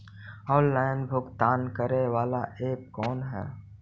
Online भुगतान करे बाला ऐप कौन है?